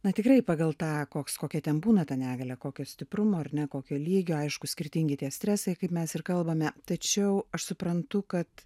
na tikrai pagal tą koks kokia ten būna ta negalia kokio stiprumo ar ne kokio lygio aišku skirtingi tie stresai kaip mes ir kalbame tačiau aš suprantu kad